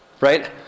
Right